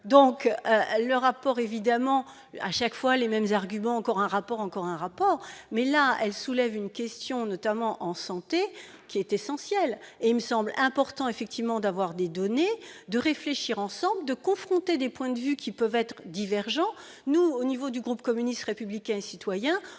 donc le rapport évidemment à chaque fois les mêmes arguments, encore un rapport encore un rapport mais là elle soulève une question notamment en santé qui est essentiel et il me semble important effectivement d'avoir des données de réfléchir ensemble, de confronter les points de vue qui peuvent être divergents, nous au niveau du groupe communiste républicain et citoyen